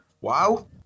Wow